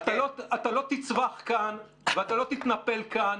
אתה לא תצווח כאן ואתה לא תתנפל כאן,